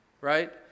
Right